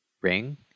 ring